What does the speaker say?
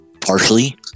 Partially